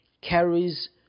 carries